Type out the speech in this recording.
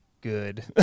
good